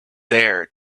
there